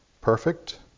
perfect